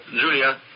Julia